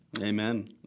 Amen